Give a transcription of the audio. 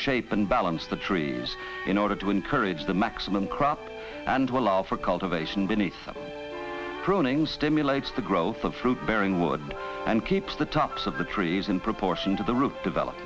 shape and balance the trees in order to encourage the maximum crop and will offer cultivation beneath pruning stimulates the growth of fruit bearing wood and keeps the tops of the trees in proportion to the root develop